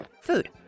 food